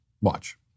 Watch